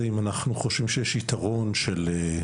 זה אם אנחנו חושבים שיש יתרון שההשכלה